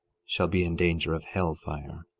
shall be in danger of hell fire.